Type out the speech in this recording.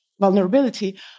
vulnerability